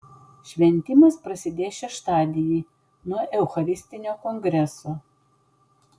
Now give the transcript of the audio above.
šventimas prasidės šeštadienį nuo eucharistinio kongreso